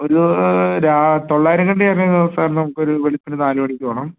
ഒരു തൊള്ളായിരം കണ്ടി വരുന്നെങ്കിൽ സാർ നമുക്കൊരു വെളുപ്പിന് നാല് മണിക്ക് പോകണം